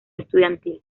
estudiantil